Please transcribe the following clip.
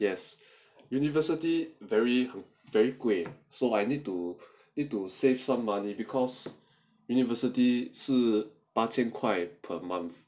yes university very very 贵 ah so I need to it to save some money because university 是八千块 per month